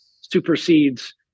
supersedes